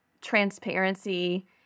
transparency